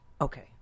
Okay